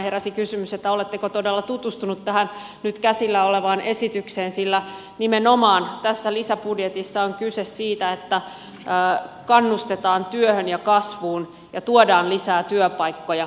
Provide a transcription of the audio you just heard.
heräsi kysymys että oletteko todella tutustunut tähän nyt käsillä olevaan esitykseen sillä nimenomaan tässä lisäbudjetissa on kyse siitä että kannustetaan työhön ja kasvuun ja tuodaan lisää työpaikkoja